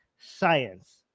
science